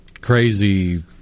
crazy